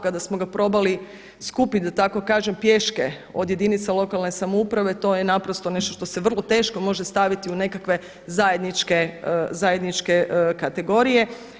Kada smo ga probali skupit da tako kažem pješke od jedinica lokalne samouprave to je naprosto nešto što se vrlo teško može staviti u nekakve zajedničke kategorije.